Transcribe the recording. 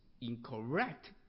incorrect